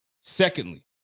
Secondly